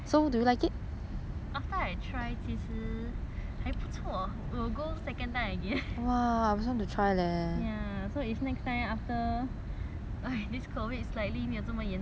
其实还不错 will go second time again ya so if next time after this COVID slightly 没有这么严重的时候我们再出去 explore